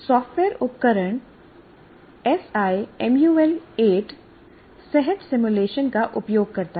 software उपकरण SIMUL8 सहज simulation का उपयोग करता है